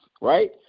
Right